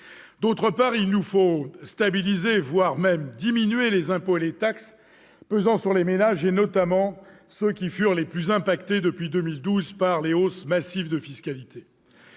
D'autre part., il nous faut stabiliser, voire diminuer, les impôts et taxes pesant sur les ménages, notamment ceux qui ont été le plus touchés depuis 2012 par des hausses massives de la fiscalité.